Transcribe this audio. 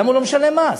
למה הוא לא משלם מס?